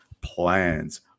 plans